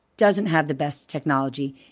doesn't have the best technology.